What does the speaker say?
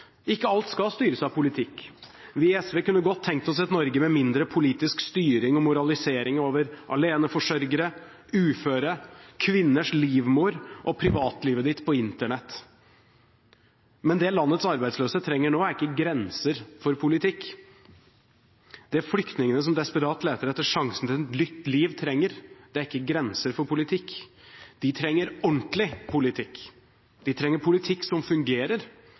Ikke alt skal styres av politikk. Vi i SV kunne godt tenkt oss et Norge med mindre politisk styring og moralisering over aleneforsørgere, uføre, kvinners livmor og privatlivet ditt på Internett. Men det landets arbeidsløse trenger nå, er ikke grenser for politikk. Det flyktningene som desperat leter etter sjansen til et nytt liv, trenger, er ikke grenser for politikk. De trenger ordentlig politikk. De trenger en politikk som fungerer,